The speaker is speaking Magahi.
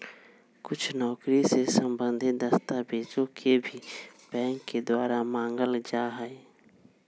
कुछ नौकरी से सम्बन्धित दस्तावेजों के भी बैंक के द्वारा मांगल जा हई